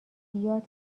بیاد